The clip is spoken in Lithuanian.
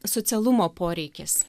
socialumo poreikis